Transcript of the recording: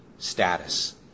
status